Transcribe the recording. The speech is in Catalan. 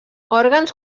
òrgans